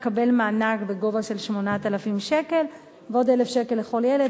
תקבל מענק בגובה של 8,000 שקל ועוד 1,000 שקל לכל ילד.